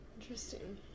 Interesting